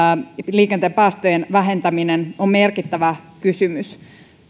liikenteen päästöjen vähentäminen on merkittävä kysymys